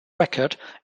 record